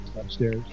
upstairs